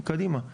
קדימה,